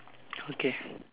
okay